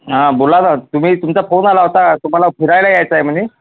हां बोला ना तुम्ही तुमचा फोन आला होता तुम्हाला फिरायला यायचं आहे म्हणे